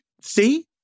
see